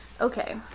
Okay